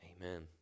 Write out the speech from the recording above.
Amen